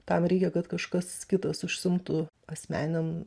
tam reikia kad kažkas kitas užsiimtų asmeninėm